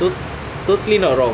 to~ totally not wrong